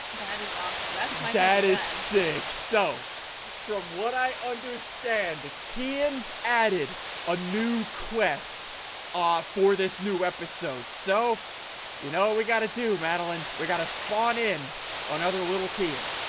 that is awesome. that's my that is sick so from what i? understand the kin added a new quest off for this new episode so you know we got to do madeleine. we got to spawn in another little kid